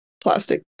plastic